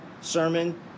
sermon